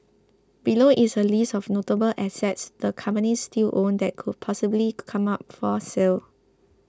below is a list of notable assets the companies still own that could possibly come up for sale